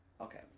okay